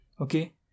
Okay